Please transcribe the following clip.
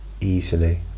easily